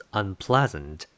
unpleasant